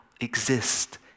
exist